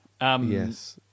Yes